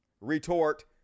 retort